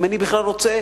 אם אני בכלל רוצה